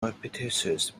repetitious